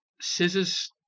Scissors